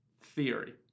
theory